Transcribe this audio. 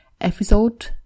episode